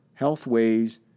Healthways